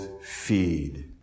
feed